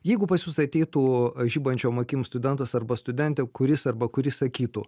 jeigu pas jus ateitų žibančiom akim studentas arba studentė kuris arba kuri sakytų